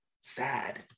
Sad